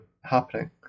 happening